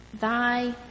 Thy